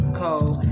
cold